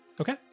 Okay